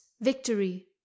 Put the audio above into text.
victory